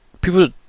people